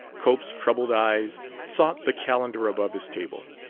cope's troubled eyes sought the calendar above his table.